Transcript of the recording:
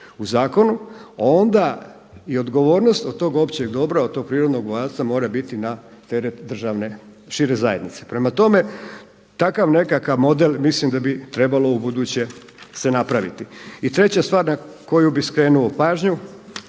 u zakonu, onda i odgovornost od tog općeg dobra, od tog prirodnog …/Govornik se ne razumije./… mora biti na teret državne šire zajednice. Prema tome, takav nekakav model mislim da bi trebalo u buduće se napraviti. I treća stvar na koju bih skrenuo pažnju.